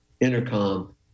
Intercom